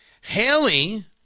Haley